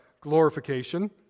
glorification